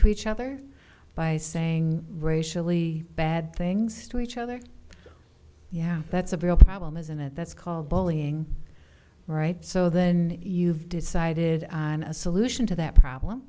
to each other by saying racially bad things to each other yeah that's a real problem isn't it that's called bullying right so then you've decided on a solution to that problem